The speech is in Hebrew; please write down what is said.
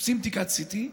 עושים בדיקת CT,